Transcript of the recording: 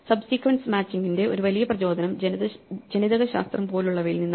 sub sequence മാച്ചിങ്ങിന്റെ ഒരു വലിയ പ്രചോദനം ജനിതകശാസ്ത്രം പോലുള്ളവയിൽ നിന്നാണ്